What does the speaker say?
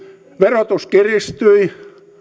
verotus kiristyi